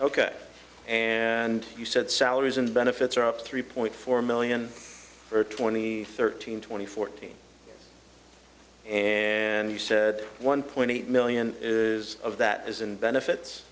ok and you said salaries and benefits are up three point four million or twenty thirteen twenty fourteen and you said one point eight million is of that is in benefits